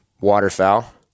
waterfowl